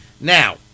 Now